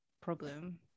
problem